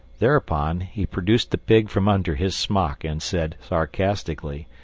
thereupon he produced the pig from under his smock and said sarcastically,